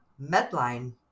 Medline